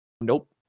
nope